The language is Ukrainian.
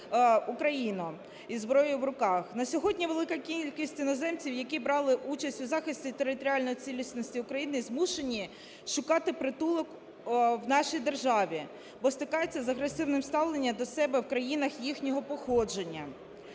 Україну із зброєю в руках. На сьогодні велика кількість іноземців, які брали участь у захисті територіальної цілісності України, змушені шукати притулок в нашій державі, бо стикаються з агресивним ставленням до себе в країнах їхнього походження